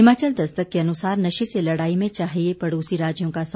हिमाचल दस्तक के अनुसार नशे से लड़ाई में चाहिए पड़ोसी राज्यों का साथ